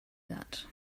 that